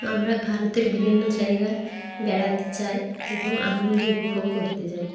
আমরা ভারতের বিভিন্ন জায়গায় বেড়াতে যাই এবং আনন্দ উপভোগ করতে যাই